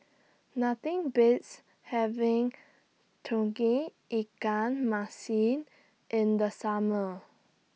Nothing Beats having Tauge Ikan Masin in The Summer